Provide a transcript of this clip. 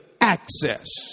access